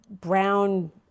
brown